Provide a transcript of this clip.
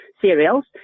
cereals